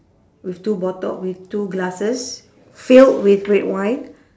with two bottle with two glasses filled with red wine